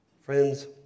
Friends